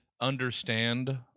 understand